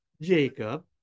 Jacob